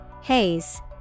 Haze